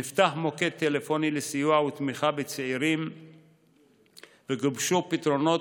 נפתח מוקד טלפוני לסיוע ותמיכה בצעירים וגובשו פתרונות